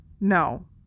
No